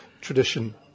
tradition